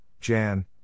Jan